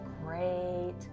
great